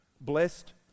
Blessed